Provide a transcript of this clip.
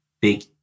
big